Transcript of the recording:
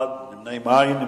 1, נמנעים, אין.